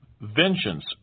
Vengeance